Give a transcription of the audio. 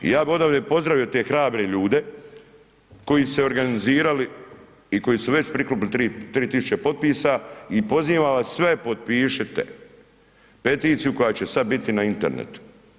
I ja bi odavde pozdravio te hrabre ljude koji su se organizirali i koji su već prikupili 3.000 potpisa i pozivam vas sve potpišite peticiju koja će sad biti na internetu.